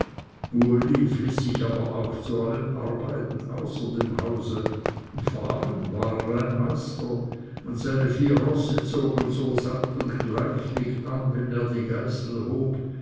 sich aber auch zu allen arbeiten außer dem hause im fahren war er ein meister und seine vier rosse zogen so satt und gleichlig an wenn er die geißel hob